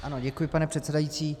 Ano, děkuji, pane předsedající.